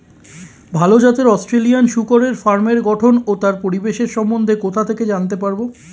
ভাল জাতের অস্ট্রেলিয়ান শূকরের ফার্মের গঠন ও তার পরিবেশের সম্বন্ধে কোথা থেকে জানতে পারবো?